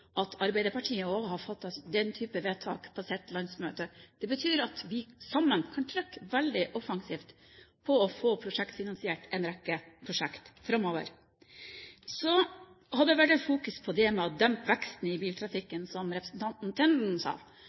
at Arbeiderpartiet også har fattet denne type vedtak på sitt landsmøte. Det betyr at vi sammen kan «trøkke» veldig offensivt på å få prosjektfinansiert en rekke prosjekter framover. Så har det vært fokus på det å dempe veksten i biltrafikken, som representanten Tenden sa.